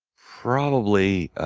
probably